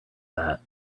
that